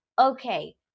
okay